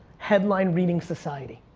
headline reading society.